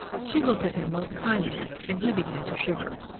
she looked at him most kindly, and he began to shiver.